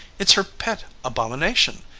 it's her pet abomination.